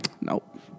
Nope